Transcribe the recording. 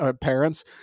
parents